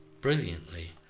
Brilliantly